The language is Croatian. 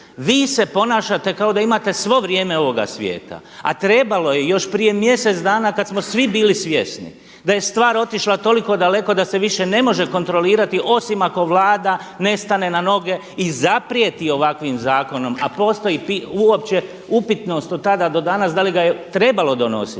Vi se ponašate kao da imate svo vrijeme ovoga svijeta, a trebalo je još prije mjesec dana kada smo svi bili svjesni da je stvar otišla toliko daleko da se više ne može kontrolirati osim ako Vlada ne stane na noge i zaprijeti ovakvim zakonom, a postoji uopće upitnost od tada do danas da li ga je trebalo donositi.